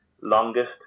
longest